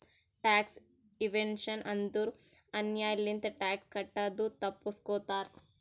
tax evasion ಅಂದುರ್ ಅನ್ಯಾಯ್ ಲಿಂತ ಟ್ಯಾಕ್ಸ್ ಕಟ್ಟದು ತಪ್ಪಸ್ಗೋತಾರ್